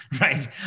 right